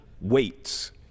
weights